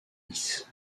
lisses